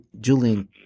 Julian